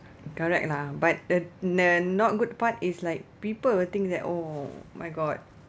correct lah but the the not good part is like people will think that oh my god